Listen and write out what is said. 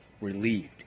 Relieved